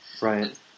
Right